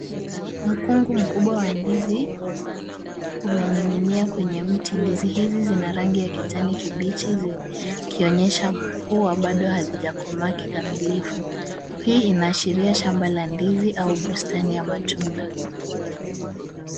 Mkungu mkubwa wa ndizi. Umening'inia kwenye mti; ndizi hizi zina rangi ya kijani. Kimenyesha kuwa bado hazijakomaki kamilifu. Hii inaashiria shamba la ndizi au bustani ya matunda.